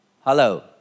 Hello